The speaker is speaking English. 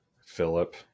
Philip